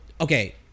okay